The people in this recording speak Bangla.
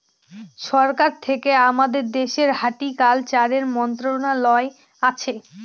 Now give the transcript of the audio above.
সরকার থেকে আমাদের দেশের হর্টিকালচারের মন্ত্রণালয় আছে